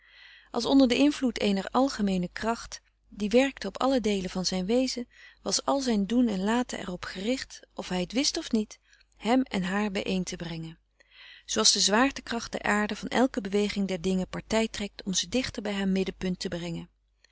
als onder den invloed eener algemeene kracht die werkte op alle deelen van zijn wezen was al zijn doen en laten er op gericht of hij t wist of niet hem en haar bijeen te brengen zooals de zwaartekracht der aarde van elke beweging der dingen partij trekt om ze dichter frederik van eeden van de koele meren des doods bij haar middenpunt te brengen